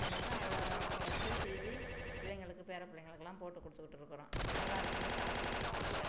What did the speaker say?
அதனால் அதை வச்சு சீவி பிள்ளைங்களுக்கு பேரப் பிள்ளைங்களுக்கெல்லாம் போட்டுக் கொடுத்துக்ட்டு இருக்குறோம் நல்லா இருக்குன்னு சாப்பிட்டுட்டு இருக்குதுங்க